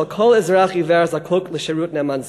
כל אזרח עיוור הזקוק לשירות נאמן זה.